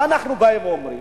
מה אנחנו באים ואומרים?